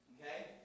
Okay